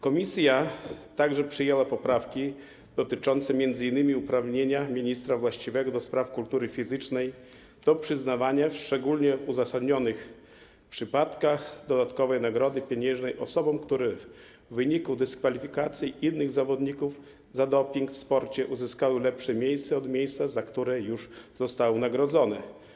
Komisja także przyjęła poprawki dotyczące m.in. uprawnienia ministra właściwego do spraw kultury fizycznej do przyznawania w szczególnie uzasadnionych przypadkach dodatkowej nagrody pieniężnej osobom, które w wyniku dyskwalifikacji innych zawodników za doping w sporcie uzyskały lepsze miejsce od miejsca, za które już zostały nagrodzone.